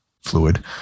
fluid